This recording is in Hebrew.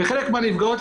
וחלק מהנפגעות,